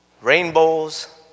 rainbows